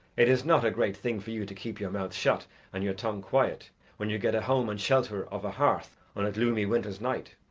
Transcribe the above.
it is not a great thing for you to keep your mouth shut and your tongue quiet when you get a home and shelter of a hearth on a gloomy winter's night.